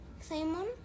Simon